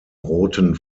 roten